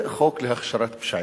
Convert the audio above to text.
זה חוק להכשרת פשעים.